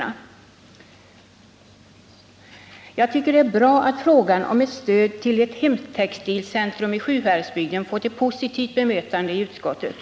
Jag tycker också att det är bra att frågan om stöd till ett hemtextilcentrum i Sjuhäradsbygden fått ett positivt bemötande i utskottet.